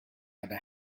other